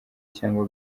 cyangwa